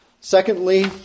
Secondly